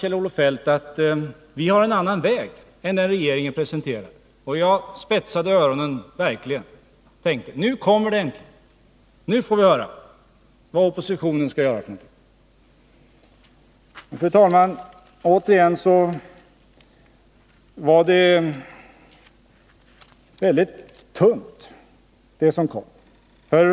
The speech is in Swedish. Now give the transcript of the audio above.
Kjell-Olof Feldt sade att socialdemokraterna har en annan väg än den som regeringen presenterar. Jag spetsade verkligen öronen och tänkte: Nu får vi höra vad oppositionen skall göra. Fru talman! Åter var det som kom väldigt tunt.